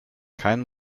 kein